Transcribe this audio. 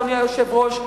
אדוני היושב-ראש,